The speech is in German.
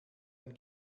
ein